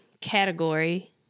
category